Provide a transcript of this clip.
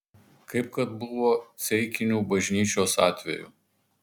kaip kad buvo ceikinių bažnyčios atveju